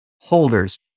holders